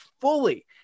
fully